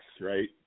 right